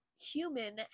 human